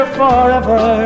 forever